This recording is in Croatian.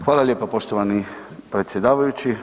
Hvala lijepa poštovani predsjedavajući.